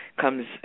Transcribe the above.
comes